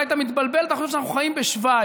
אולי אתה מתבלבל ואתה חושב שאנחנו חיים בשווייץ.